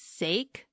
sake